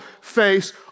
face